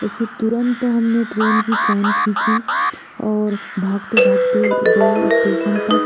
ऐसे तुरंत तो हमने ट्रेन की चैन खींची और भागते भागते गए स्टेशन तक